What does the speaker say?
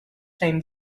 time